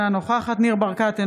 אינה נוכחת ניר ברקת,